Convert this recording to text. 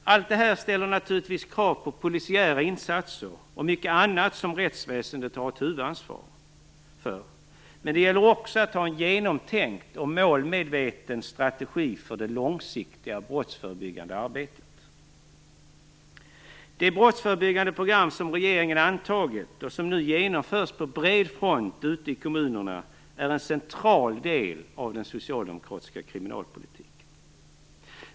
Allt detta ställer naturligtvis krav på polisiära insatser och mycket annat som rättsväsendet har ett huvudansvar för. Men det gäller också att ha en genomtänkt och målmedveten strategi för det långsiktiga brottsförebyggande arbetet. Det brottsförebyggande program som regeringen antagit och som nu genomförs på bred front ute i kommunerna är en central del av den socialdemokratiska kriminalpolitiken.